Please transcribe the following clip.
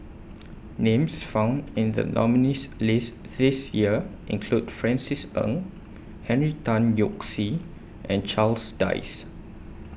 Names found in The nominees' list This Year include Francis Ng Henry Tan Yoke See and Charles Dyce